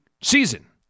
season